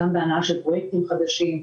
גם בהנעה של פרויקטים חדשים,